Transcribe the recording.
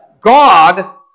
God